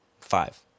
five